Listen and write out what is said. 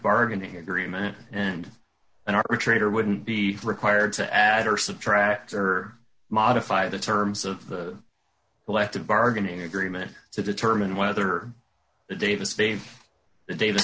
bargaining agreement and an arbitrator wouldn't be required to add or subtract or modify the terms of the collective bargaining agreement to determine whether davis faith davi